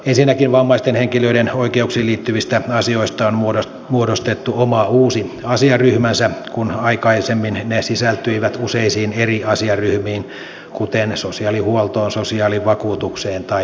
ensinnäkin vammaisten henkilöiden oikeuksiin liittyvistä asioista on muodostettu oma uusi asiaryhmänsä kun aikaisemmin ne sisältyivät useisiin eri asiaryhmiin kuten sosiaalihuoltoon sosiaalivakuutukseen tai opetukseen